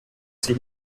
sie